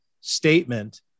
statement